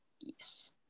Yes